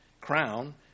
crown